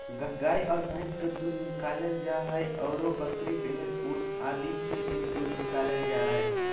गाय आर भैंस के दूध निकालल जा हई, आरो बकरी, भेड़, ऊंट आदि के भी दूध निकालल जा हई